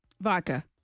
Vodka